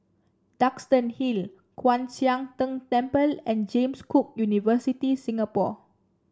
Duxton Hill Kwan Siang Tng Temple and James Cook University Singapore